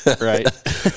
right